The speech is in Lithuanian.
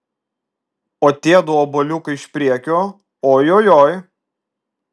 o tiedu obuoliukai iš priekio ojojoi